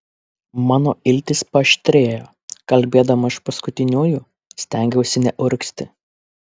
mano iltys paaštrėjo kalbėdama iš paskutiniųjų stengiausi neurgzti